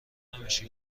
نمیشه